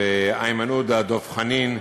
איימן עודה, דב חנין,